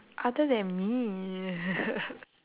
other than me